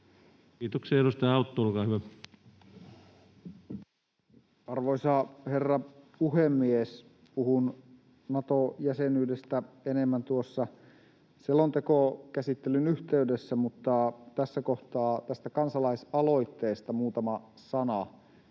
kansanäänestys Time: 19:42 Content: Arvoisa herra puhemies! Puhun Nato-jäsenyydestä enemmän tuossa selontekokäsittelyn yhteydessä, mutta tässä kohtaa tästä kansalaisaloitteesta muutama sana.